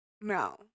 No